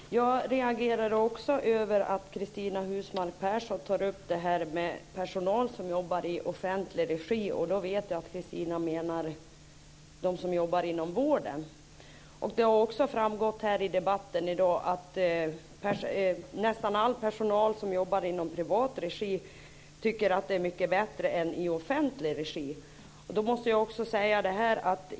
Herr talman! Jag reagerar också på att Cristina Husmark Pehrsson tar upp frågan om personal som jobbar i offentlig regi. Jag vet att hon då avser dem som jobbar inom vården. Vidare har det i debatten här i dag framgått att nästan all personal som jobbar i privat regi tycker att det är mycket bättre än att jobba i offentlig regi.